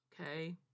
Okay